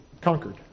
conquered